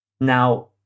Now